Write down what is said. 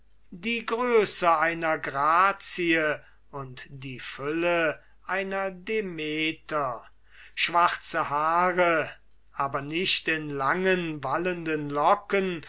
die größe einer grazie und die dicke einer ceres schwarze haare aber nicht in langen wallenden locken